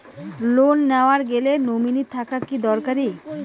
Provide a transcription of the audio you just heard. Loan নেওয়ার গেলে nominee থাকা কি দরকারী?